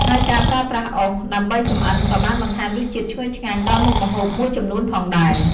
ហើយការប្រើប្រាស់អុសដើម្បីចម្អិនក៏បានបន្ថែមរសជាតិឈ្ងុយឆ្ងាញ់ដល់មុខម្ហូបមួយចំនួនផងដែរ។